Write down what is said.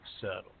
settle